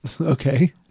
okay